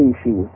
species